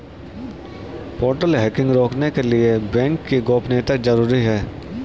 portal hacking रोकने के लिए बैंक की गोपनीयता जरूरी हैं